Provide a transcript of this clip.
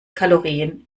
kalorien